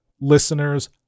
listeners